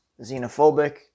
xenophobic